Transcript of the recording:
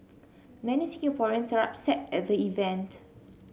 many Singaporeans are upset at the event